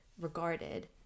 regarded